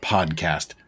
Podcast